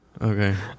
okay